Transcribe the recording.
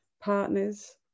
partners